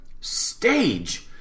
stage